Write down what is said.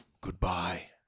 Goodbye